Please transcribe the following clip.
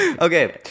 Okay